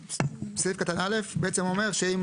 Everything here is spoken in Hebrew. סעיף קטן (א) בעצם אומר שאם